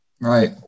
Right